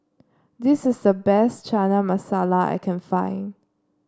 this is the best Chana Masala I can find